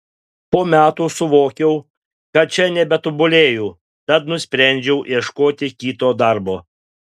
po metų suvokiau kad čia nebetobulėju tad nusprendžiau ieškoti kito darbo